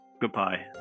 Goodbye